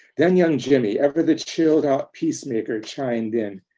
then young jimmy, ever the chilled-out peacemaker, chimed in,